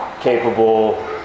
capable